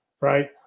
right